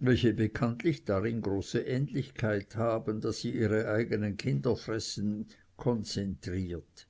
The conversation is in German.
welche bekanntlich darin große ähnlichkeit haben daß sie ihre eigenen kinder fressen konzentriert